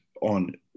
on